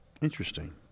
Interesting